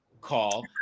call